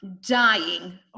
Dying